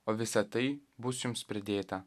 o visa tai bus jums pridėta